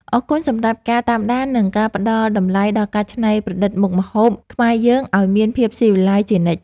អរគុណសម្រាប់ការតាមដាននិងការផ្តល់តម្លៃដល់ការច្នៃប្រឌិតមុខម្ហូបខ្មែរយើងឱ្យមានភាពស៊ីវិល័យជានិច្ច។